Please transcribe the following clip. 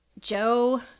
Joe